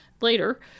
later